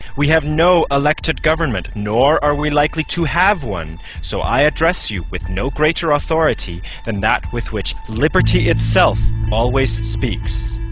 we have no elected government, nor are we likely to have one. so i address you with no greater authority than that with which liberty itself always speaks.